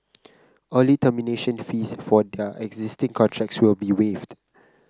early termination fees for their existing contracts will be waived